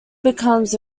becomes